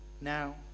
now